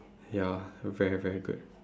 ya a very very good